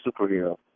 superhero